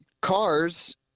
cars